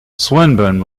swinburne